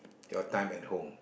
your time at home